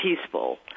peaceful